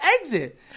exit